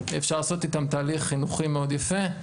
אפשר לעשות איתם תהליך חינוכי מאוד יפה,